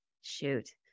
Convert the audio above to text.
Shoot